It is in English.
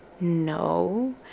no